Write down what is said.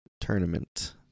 tournament